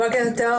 בוקר טוב